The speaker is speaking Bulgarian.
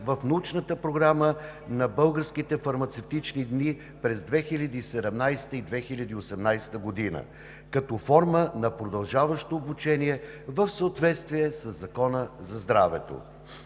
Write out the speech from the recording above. в Научната програма на Българските фармацевтични дни през 2017 г. и 2018 г. като форма на продължаващо обучение в съответствие със Закона за здравето.